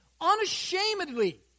unashamedly